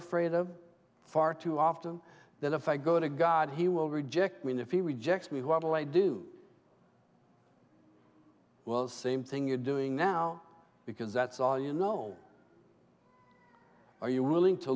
fraid of far too often that if i go to god he will reject mean if he rejects me while i do well same thing you're doing now because that's all you know are you willing to